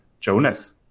Jonas